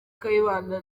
kayibanda